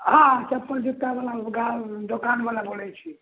हँ हम चप्पल जुत्तावला दोकान दोकानवला बोलै छी